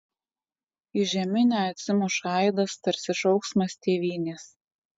į žeminę atsimuša aidas tarsi šauksmas tėvynės